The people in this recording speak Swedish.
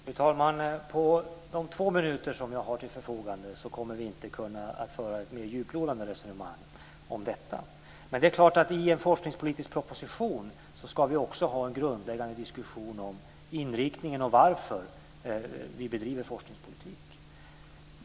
Fru talman! På de två minuter som jag har till förfogande är det inte möjligt att föra ett mer djuplodande resonemang om detta. Men det är klart att i en forskningspolitisk proposition ska vi också ha en grundläggande diskussion om inriktningen av forskningspolitiken och varför vi bedriver forskningspolitik.